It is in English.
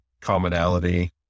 commonality